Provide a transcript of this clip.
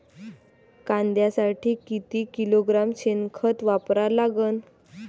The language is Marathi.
कांद्यासाठी किती किलोग्रॅम शेनखत वापरा लागन?